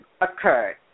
occurred